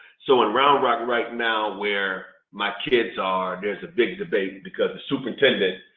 so in round rock right now, where my kids are, there's a big debate because the superintendent,